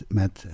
met